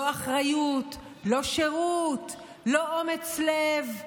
לא אחריות, לא שירות, לא אומץ לב,